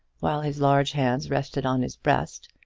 while his large hands rested on his breast.